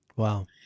Wow